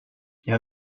jag